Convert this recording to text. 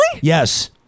yes